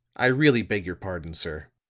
i really beg your pardon, sir,